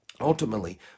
Ultimately